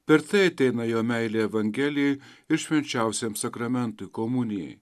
per tai ateina jo meilė evangelijai ir švenčiausiam sakramentui komunijai